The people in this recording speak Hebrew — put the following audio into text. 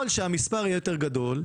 ככל שהמספר יהיה יותר גדול,